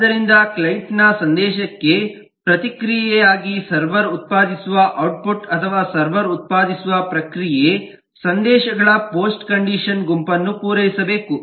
ಆದ್ದರಿಂದ ಕ್ಲೈಂಟ್ ನ ಸಂದೇಶಕ್ಕೆ ಪ್ರತಿಕ್ರಿಯೆಯಾಗಿ ಸರ್ವರ್ ಉತ್ಪಾದಿಸುವ ಔಟ್ಪುಟ್ ಅಥವಾ ಸರ್ವರ್ ಉತ್ಪಾದಿಸುವ ಪ್ರತಿಕ್ರಿಯೆ ಸಂದೇಶಗಳ ಪೋಸ್ಟ್ ಕಂಡಿಷನ್ ಗುಂಪನ್ನು ಪೂರೈಸಬೇಕು